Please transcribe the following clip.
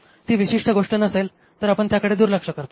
ती विशिष्ट गोष्ट नसेल तर आपण त्याकडे दुर्लक्ष करतो